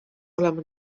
olema